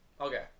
Okay